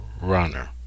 runner